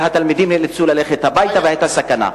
התלמידים נאלצו ללכת הביתה והיתה סכנה.